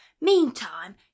Meantime